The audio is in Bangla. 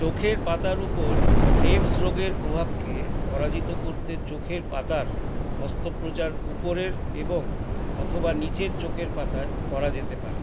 চোখের পাতার উপর গ্রেভস রোগের প্রভাবকে পরাজিত করতে চোখের পাতার অস্ত্রোপচার উপরের এবং অথবা নীচের চোখের পাতায় করা যেতে পারে